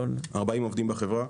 40 עובדים בחברה.